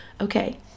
okay